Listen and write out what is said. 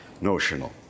notional